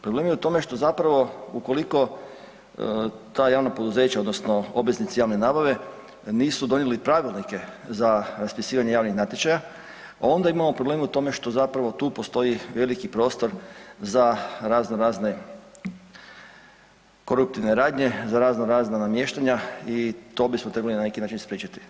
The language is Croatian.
Problem je što zapravo ukoliko ta javna poduzeća odnosno obveznici javne nabave nisu donijeli pravilnike za raspisivanje javnih natječaja, a onda imamo problem u tome što tu postoji veliki prostor za raznorazne koruptivne radnje, za raznorazna namještanja i to bismo trebali na neki način spriječiti.